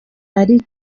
ari